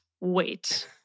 wait